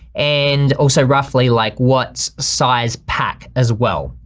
and also roughly like what size pack as well.